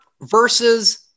versus